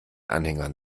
anhängern